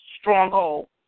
stronghold